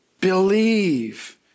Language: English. Believe